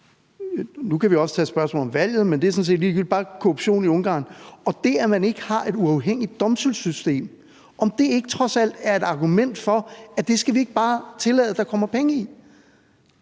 nu kan vi også tage spørgsmålet om valget, men det er sådan set ligegyldigt, og at det, at man ikke har et uafhængigt domstolssystem, ikke trods alt er et argument for, at det skal vi ikke bare tillade at der kommer penge i.